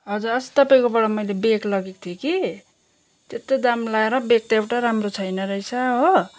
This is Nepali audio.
हजुर अस्ति तपाईँकोबाट मैले ब्याग लगेको थिएँ कि त्यत्रो दाम लाएर ब्याग त एउटा राम्रो छैन रहेछ हो